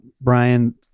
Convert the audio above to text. Brian